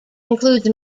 includes